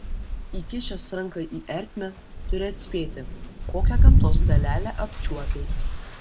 įkišęs ranką į ertmę turi atspėti kokią gamtos dalelę apčiuopei